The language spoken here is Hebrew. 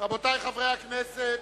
רבותי חברי הכנסת,